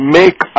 make